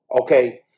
Okay